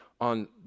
on